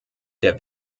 der